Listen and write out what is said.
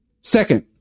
Second